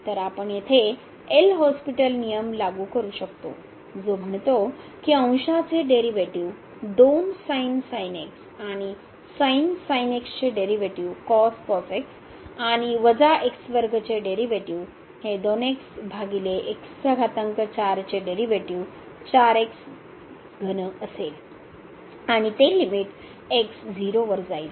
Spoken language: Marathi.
तर आपण येथे एल हॉस्पिटल नियम लागू करू शकतो जो म्हणतो की अंशाचे डेरीवेटीव आणि चे डेरीवेटीव आणि वजा चे डेरीवेटीव हे भागिले चे डेरीवेटीव असेल आणि ते लिमिट x 0 वर जाईल